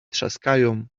trzaskają